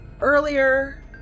earlier